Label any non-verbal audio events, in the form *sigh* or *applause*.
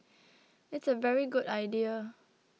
*noise* it's a very good idea